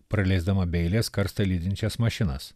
praleisdama be eilės karstą lydinčias mašinas